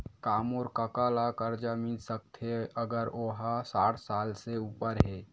का मोर कका ला कर्जा मिल सकथे अगर ओ हा साठ साल से उपर हे?